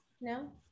No